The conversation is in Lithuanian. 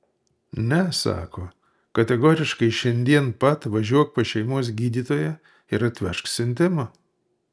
ne sako kategoriškai šiandien pat važiuok pas šeimos gydytoją ir atvežk siuntimą